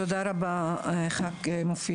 תודה רבה, חבר הכנסת מרעי.